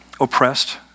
oppressed